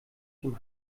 den